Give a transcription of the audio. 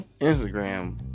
Instagram